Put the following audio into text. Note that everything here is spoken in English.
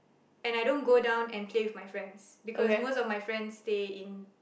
and I don't go down and play with my friends because most of my friends stay in